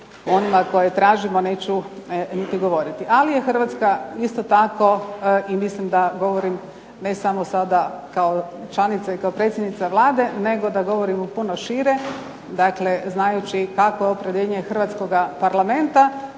onima koje tražimo neću niti govoriti. Ali je Hrvatska isto tako i mislim da govorim ne samo sada kao članica i kao predsjednica Vlade, nego da govorimo puno šire, dakle znajući kako je opredjeljenje hrvatskoga Parlamenta,